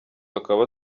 bakaba